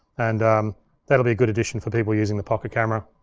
and um that'll be a good addition for people using the pocket camera.